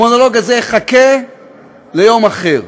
המונולוג הזה יחכה ליום אחר,